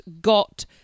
got